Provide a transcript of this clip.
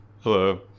Hello